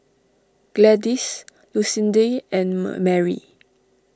Gladys Lucindy and Mary